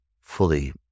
fully